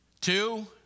two